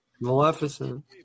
Maleficent